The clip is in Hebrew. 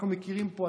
אנחנו מכירים פה,